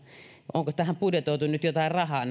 onko näihin koeostoihin nyt budjetoitu jotain rahaa